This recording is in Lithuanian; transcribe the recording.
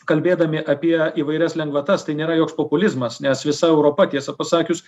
kalbėdami apie įvairias lengvatas tai nėra joks populizmas nes visa europa tiesą pasakius